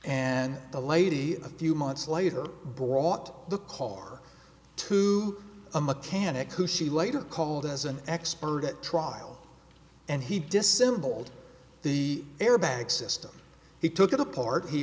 and the lady a few months later brought the car to a mechanic who she later called as an expert at trial and he disassembled the airbag system he took it apart he